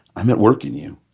i'm at work in you,